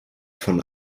von